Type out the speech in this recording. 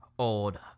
Old